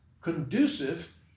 conducive